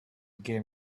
game